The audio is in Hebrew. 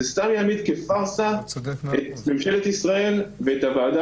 זה יעמיס כפרסה את ממשלת ישראל ואת הוועדה